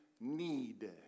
need